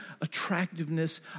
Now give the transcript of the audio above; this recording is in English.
attractiveness